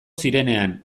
zirenean